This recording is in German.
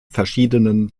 verschiedenen